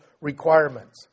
requirements